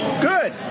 Good